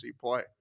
play